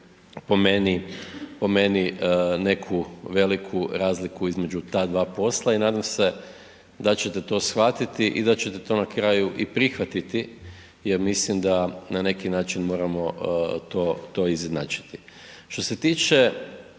po meni neku veliku razliku između ta dva posla i nadam se da ćete to shvatiti i da ćete to na kraju i prihvatiti jer mislim da na neki način moramo to, to izjednačiti. Što se tiče